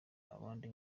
abandi